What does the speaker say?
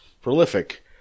Prolific